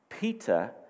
Peter